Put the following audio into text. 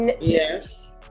Yes